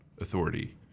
authority